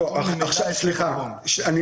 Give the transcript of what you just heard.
25%. בקרן הנדל"ן,